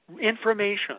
information